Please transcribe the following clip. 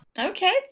Okay